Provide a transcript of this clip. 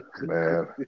Man